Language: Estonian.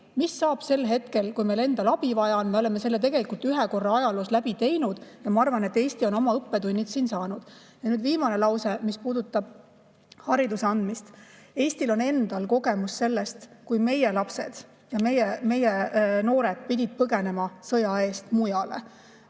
Mis saab sel hetkel, kui meil endal abi vaja on? Me oleme selle tegelikult ühe korra ajaloos läbi teinud ja ma arvan, et Eesti on oma õppetunnid saanud. Nüüd viimane lause, mis puudutab hariduse andmist. Eestil on endal kogemus sellest, kui meie lapsed ja meie noored pidid põgenema sõja eest mujale.